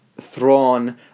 Thrawn